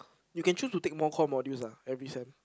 you can choose to take more core modules lah every sem